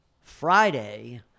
Friday